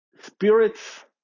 spirits